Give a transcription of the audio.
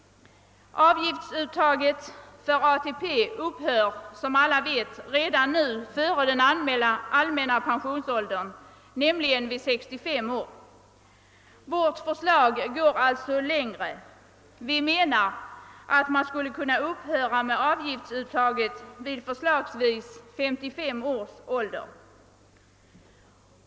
Avgiftsuttaget för ATP upphör som alla vet redan nu före den allmänna pensionsåldern, nämligen vid 65 år. Vårt förslag går alltså längre. Vi menar att man skulle kunna upphöra med avgiftsuttaget vid förslagsvis 55 års ålder.